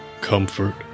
Comfort